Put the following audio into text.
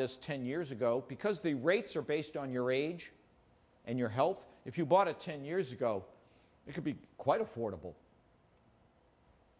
this ten years ago because the rates are based on your age and your health if you bought it ten years ago it could be quite affordable